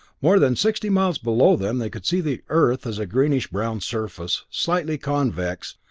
more than sixty miles below them they could see the earth as a greenish brown surface, slightly convex,